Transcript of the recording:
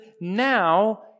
now